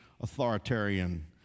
authoritarian